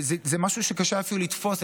זה משהו שקשה אפילו לתפוס,